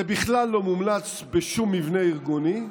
זה בכלל לא מומלץ בשום מבנה ארגוני,